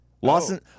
Lawson